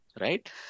right